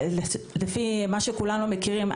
כמו שכולנו מכירים,